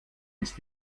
ist